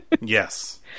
Yes